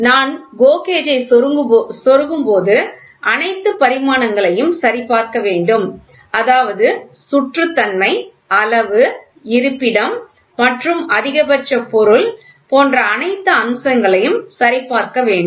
நான் GO gauge செருகும்போது அனைத்து பரிமாணங்களையும் சரிபார்க்க வேண்டும் அதாவது சுற்றுத்தன்மை அளவு இருப்பிடம் மற்றும் அதிகபட்ச பொருள் போன்ற அனைத்து அம்சங்களையும் சரி பார்க்க வேண்டும்